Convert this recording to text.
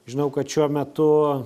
žinau kad šiuo metu